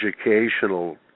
educational